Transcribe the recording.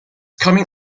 coming